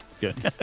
Good